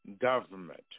government